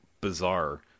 bizarre